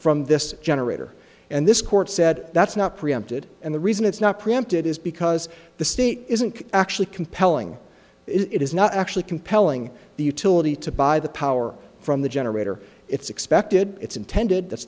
from this generator and this court said that's not preempted and the reason it's not preempted is because the state isn't actually compelling it is not actually compelling the utility to buy the power from the generator it's expected it's intended that's